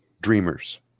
Dreamers